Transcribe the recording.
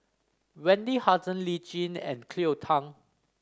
Wendy Hutton Lee Tjin and Cleo Thang